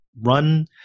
run